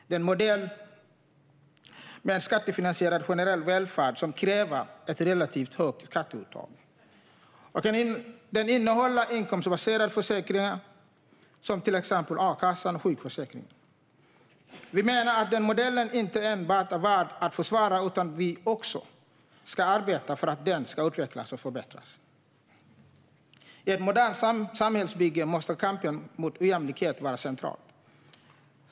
Det är en modell med en skattefinansierad generell välfärd som kräver ett relativt högt skatteuttag. Den innehåller inkomstbaserade försäkringar, till exempel a-kassan och sjukförsäkringen. Vi menar att denna modell inte enbart är värd att försvara utan att vi också ska arbeta för att den ska utvecklas och förbättras. I ett modernt samhällsbygge måste kampen mot ojämlikhet vara central.